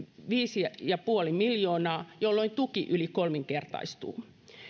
viisi pilkku viisi miljoonaa jolloin tuki yli kolminkertaistuu